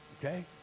okay